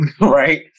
right